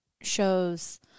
shows